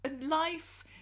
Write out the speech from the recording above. life